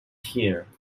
here